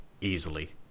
easily